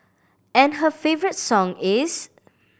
and her favourite song is